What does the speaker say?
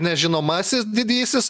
nežinomasis didysis